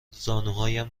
زانوهایم